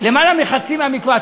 יותר מחצי מהמקוואות,